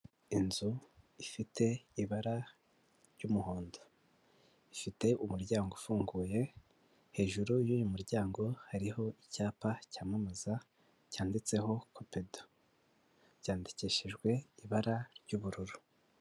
Inzu ifite ibara ry'umuhondo. Ifite umuryango ufunguye, hejuru y'uyu muryango hariho icyapa cyamamaza cyanditseho Kopedu. Byandikishijwe ibara ry'ubururu.